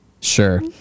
Sure